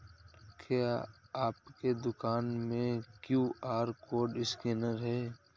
क्या आपके दुकान में क्यू.आर कोड स्कैनर है?